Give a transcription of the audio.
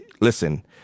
listen